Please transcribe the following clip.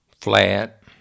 Flat